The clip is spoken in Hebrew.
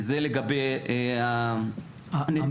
זה לגבי הנתונים.